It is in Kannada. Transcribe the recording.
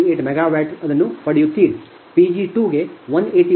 58 MW ಅನ್ನು ಪಡೆಯುತ್ತೀರಿ Pg2ಗೆ 181